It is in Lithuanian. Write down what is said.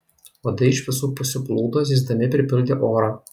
uodai iš visų pusių plūdo zyzdami pripildė orą